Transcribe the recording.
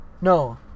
No